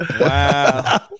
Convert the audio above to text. Wow